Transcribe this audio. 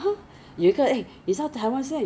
Innisfree Face Shop 这些都有